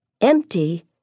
Empty